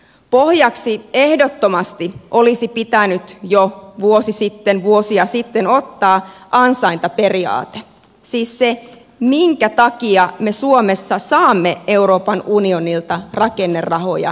pohjaksi ehdottomasti olisi pitänyt jo vuosi sitten vuosia sitten ottaa ansaintaperiaate siis se minkä takia me suomessa saamme euroopan unionilta rakennerahoja käytettäväksemme